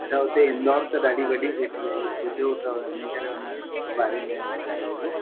अच्छा उते इंदौर त ॾाढी वॾी सिटी आहे इहो ॿुधियो अथव इनकरे हुनजे बारे में उहो कयो हूंदो